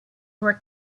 were